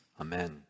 Amen